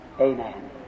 Amen